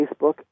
Facebook